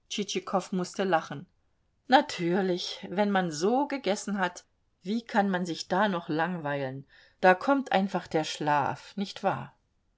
tschitschikow mußte lachen natürlich wenn man so gegessen hat wie kann man sich da noch langweilen da kommt einfach der schlaf nicht wahr